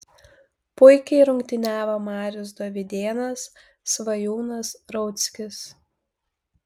puikiai rungtyniavo marius dovydėnas svajūnas rauckis